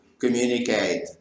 communicate